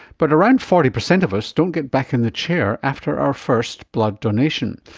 but around forty percent of us don't get back in the chair after our first blood donation.